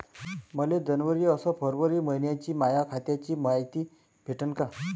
मले जनवरी अस फरवरी मइन्याची माया खात्याची मायती भेटन का?